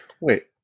wait